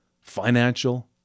financial